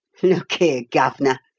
look ere, gov'nor,